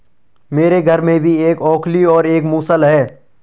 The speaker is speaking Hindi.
मेरे घर में भी एक ओखली और एक मूसल है